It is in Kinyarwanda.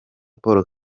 paul